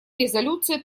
резолюции